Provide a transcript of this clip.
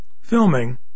filming